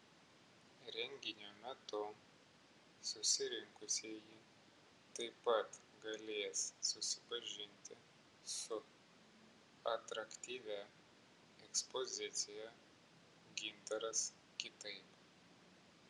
renginio metu susirinkusieji taip pat galės susipažinti su atraktyvia ekspozicija gintaras kitaip